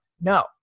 No